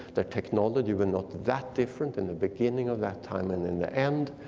the technology were not that different in the beginning of that time and in the end,